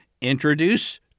introduce